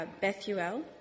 Bethuel